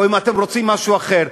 או אם אתם רוצים משהו אחר.